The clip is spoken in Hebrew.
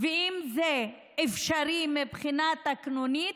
ואם זה אפשרי מבחינה תקנונית,